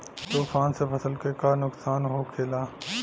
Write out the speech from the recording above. तूफान से फसल के का नुकसान हो खेला?